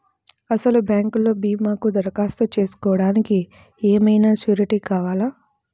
అసలు బ్యాంక్లో భీమాకు దరఖాస్తు చేసుకోవడానికి ఏమయినా సూరీటీ కావాలా?